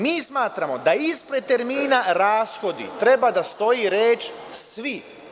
Mi smatramo da ispred termina „rashodi“, treba da stoji reč „svi“